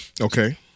Okay